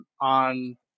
on